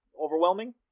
overwhelming